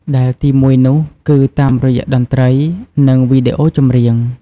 ដែលទីមួយនោះគឺ តាមរយៈតន្ត្រី និងវីដេអូចម្រៀង។